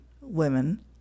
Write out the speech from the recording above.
women